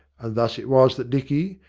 and thus it was that dicky,